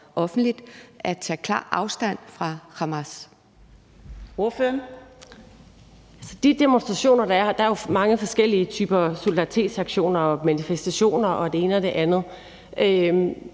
Trine Pertou Mach (EL): I forhold til de demonstrationer, der er, er der jo mange forskellige typer solidaritetsaktioner, manifestationer og det ene og det andet.